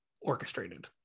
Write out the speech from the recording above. orchestrated